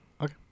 Okay